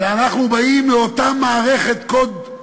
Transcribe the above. אלא אנחנו באים לאותה מערכת קוד שבה